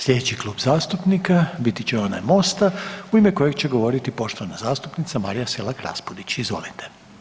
Sljedeći klub zastupnika biti će onaj Mosta u ime kojeg će govoriti poštovana zastupnica Marija Selak Raspudić, izvolite.